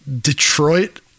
Detroit